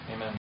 Amen